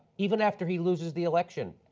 even after he loses the election,